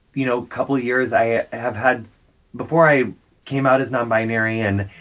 you know, couple of years, i have had before i came out as nonbinary and,